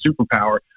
superpower